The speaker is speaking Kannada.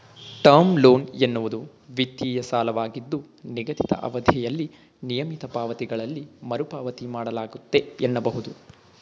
ಟರ್ಮ್ ಲೋನ್ ಎನ್ನುವುದು ವಿತ್ತೀಯ ಸಾಲವಾಗಿದ್ದು ನಿಗದಿತ ಅವಧಿಯಲ್ಲಿ ನಿಯಮಿತ ಪಾವತಿಗಳಲ್ಲಿ ಮರುಪಾವತಿ ಮಾಡಲಾಗುತ್ತೆ ಎನ್ನಬಹುದು